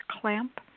clamp